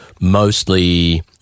mostly